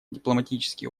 дипломатический